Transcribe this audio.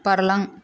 बारलां